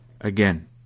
again